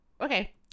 Okay